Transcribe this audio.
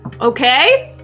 okay